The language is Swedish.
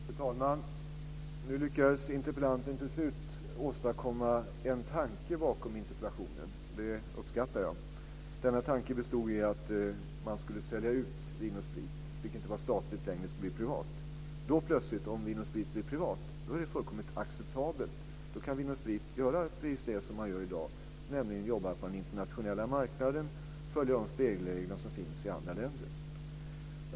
Fru talman! Nu lyckades interpellanten till sist åstadkomma en tanke bakom interpellationen, och det uppskatter jag. Denna tanke bestod i att man skulle sälja ut Vin & Sprit. Det får inte vara statligt längre utan det ska bli privat. Om Vin & Sprit blir privat då är det plötsligt acceptabelt. Då kan man göra precis det som man gör i dag, nämligen jobba på den internationella marknaden och följa de spelregler som finns i andra länder.